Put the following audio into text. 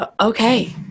Okay